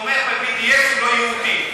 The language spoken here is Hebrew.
שתומך ב-BDS הוא לא יהודי.